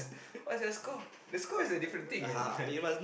what's your score the score is a different thing man